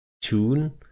tune